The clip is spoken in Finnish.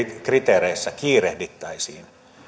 kriteereissä kiirehdittäisiin